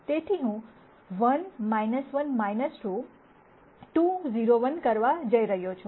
તેથી હું 1 1 2 2 0 1 કરવા જઇ રહ્યો છું